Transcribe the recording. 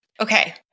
Okay